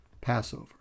Passover